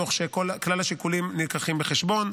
תוך שכלל השיקולים נלקחים בחשבון.